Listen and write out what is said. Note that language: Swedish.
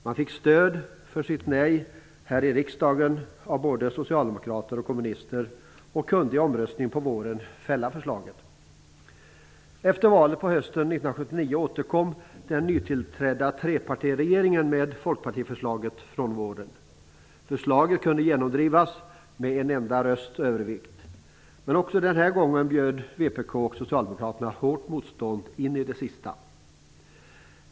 De fick också stöd för sitt nej här i riksdagen av både socialdemokrater och kommunister. I omröstningen på våren fälldes förslaget. Efter valet på hösten 1979 återkom den nytillträdda trepartiregeringen med folkpartiförslaget från våren. Förslaget kunde genomdrivas med en enda rösts övervikt. Men också den gången bjöd kommunisterna och socialdemokraterna hårt motstånd in i det sista.